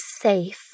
safe